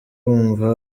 wumva